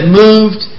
moved